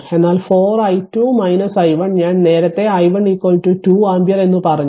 അതിനാൽ 4 i2 i1 ഞാൻ നേരത്തെ i1 2 ആമ്പിയർ എന്ന് പറഞ്ഞു